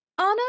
anna